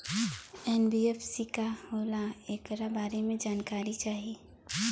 NBFC का होला ऐकरा बारे मे जानकारी चाही?